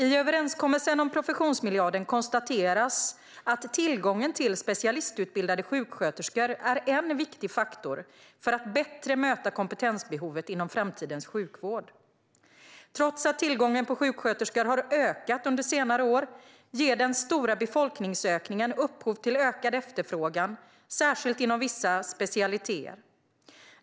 I överenskommelsen om professionsmiljarden konstateras att tillgången till specialistutbildade sjuksköterskor är en viktig faktor för att bättre möta kompetensbehovet inom framtidens sjukvård. Tillgången på sjuksköterskor har ökat under senare år, men den stora befolkningsökningen ger upphov till ökad efterfrågan, särskilt inom vissa specialiteter.